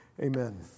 Amen